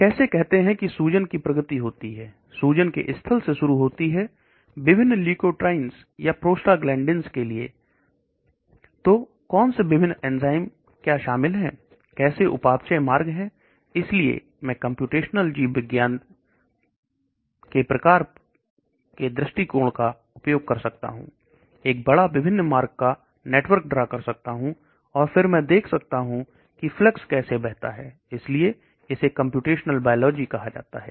कैसे कहते हैं कि सूजन की प्रगति होती है सूजन के स्थल से शुरू होती है विभिन्न ल्यूकोट्रींस या प्रोस्टाग्लैंडइस के लिए तू कौन से टेबल एंड्राइड क्या शामिल है कैसे उपाध्याय मार्ग है इसलिए मैं कंप्यूटेशनल जीव विज्ञान के दृष्टिकोण का उपयोग कर सकता हूं की फलक्स कैसे बहता है इसलिए इसे कंप्यूटेशनल बायोलॉजी कहा जाता है